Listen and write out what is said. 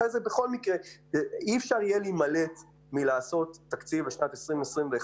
אחרי זה בכל מקרה אי-אפשר יהיה להימלט מעיצוב תקציב לשנת 2020/2021